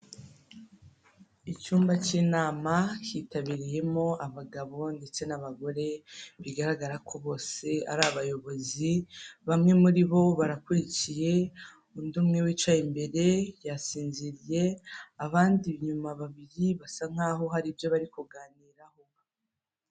Icyumba cy'inama hitabiriyemo abagabo ndetse n'abagore bigaragara ko bose ari abayobozi, bamwe muri bo barakurikiye, undi umwe wicaye imbere yasinziriye, abandi inyuma babiri basa nk'aho hari ibyo bari kuganiraho.